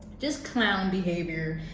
just clown behavior.